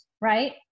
right